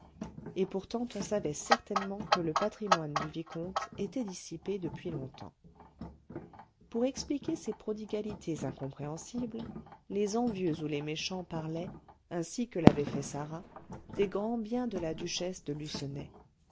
et pourtant on savait certainement que le patrimoine du vicomte était dissipé depuis longtemps pour expliquer ses prodigalités incompréhensibles les envieux ou les méchants parlaient ainsi que l'avait fait sarah des grands biens de la duchesse de